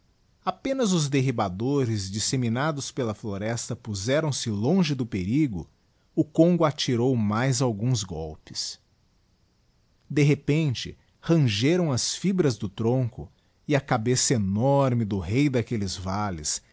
apenas os derríbdores disseminados pel floresta puzeram se longe do perigo o congo atirou mais alguns golpes de repente rangeram as fibras do tronco e a cabeça enorme do rei d'aquelles valles